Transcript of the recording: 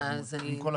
עם כל הכבוד.